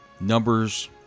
Numbers